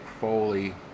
Foley